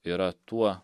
yra tuo